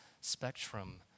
spectrum